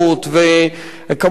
וכמובן,